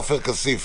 עופר כסיף.